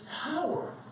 power